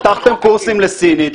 פתחתם קורסים לסינית,